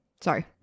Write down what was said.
Sorry